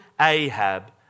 Ahab